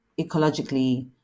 ecologically